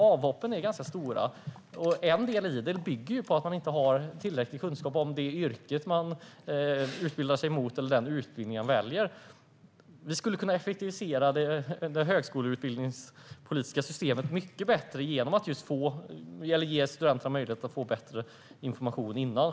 Avhoppen är ganska stora. Detta bygger till viss del på att man inte har tillräcklig kunskap om det yrke man utbildar sig till eller om den utbildning som man väljer. Vi skulle kunna effektivisera det högskoleutbildningspolitiska systemet mycket bättre genom att ge studenterna möjlighet att få bättre information innan.